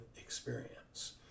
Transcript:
experience